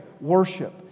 Worship